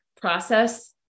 process